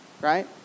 right